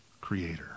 creator